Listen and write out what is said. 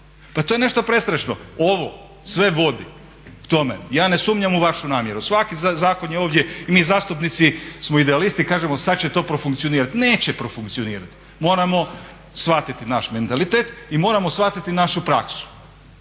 Pa to je nešto prestrašno. Ovo sve vodi k tome, ja ne sumnjam u vašu namjeru. Svaki zakon je ovdje i mi zastupnici smo idealisti i kažemo sada će to profunkcionirati, neće profunkcionirati. Moramo shvatiti naš mentalitet i moramo shvatiti našu praksu.